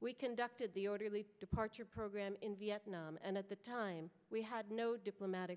we conducted the orderly departure program in vietnam and at the time we had no diplomatic